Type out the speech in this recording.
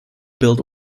build